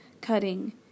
cutting